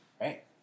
right